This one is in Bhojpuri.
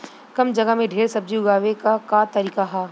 कम जगह में ढेर सब्जी उगावे क का तरीका ह?